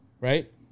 Right